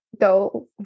go